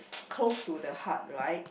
close to the heart right